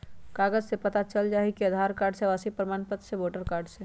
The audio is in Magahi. कागज से पता चल जाहई, आधार कार्ड से, आवासीय प्रमाण पत्र से, वोटर कार्ड से?